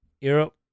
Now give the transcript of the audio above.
Europe